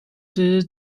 ten